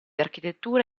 architettura